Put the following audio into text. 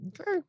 okay